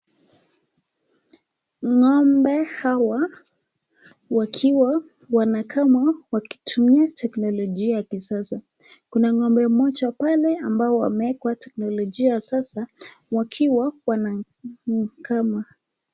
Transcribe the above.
Ng'ombe hawa wakiwa wanakamwa wakitumia teknolojia ya kisasa. Kuna ng'ombe mmoja pale ambao wamewekwa teknolojia za kisasa wakiwa wanakama.